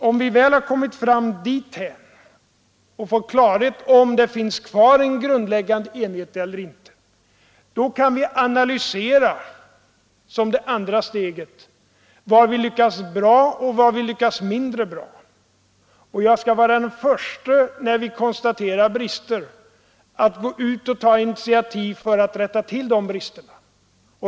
Om vi väl har kommit dithän, och fått klarhet i om det finns kvar en grundläggande enighet eller inte, kan vi som det andra steget analysera var vi lyckats bra och var vi lyckats mindre bra. Jag skall vara den förste, när vi konstaterar brister, att ta initiativ för att gå ut och rätta till de bristerna.